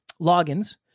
logins